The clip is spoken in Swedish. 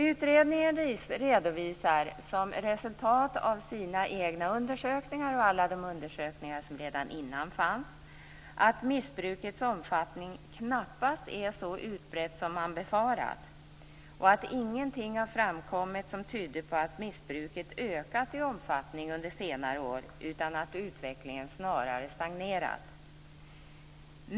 Utredningen redovisar, som resultat av sina egna undersökningar och av alla de undersökningar som fanns redan innan, att missbruket knappast är så utbrett som man befarat och att ingenting har framkommit som tyder på att missbruket ökat i omfattning under senare år. Utvecklingen har snarare stagnerat.